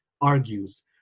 argues